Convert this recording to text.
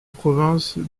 province